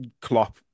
Klopp